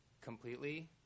completely